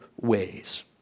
ways